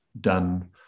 done